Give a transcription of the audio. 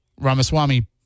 Ramaswamy